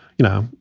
you know,